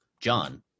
john